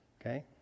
okay